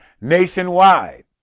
nationwide